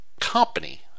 company